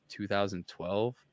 2012